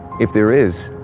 if there is,